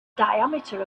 diameter